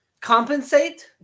compensate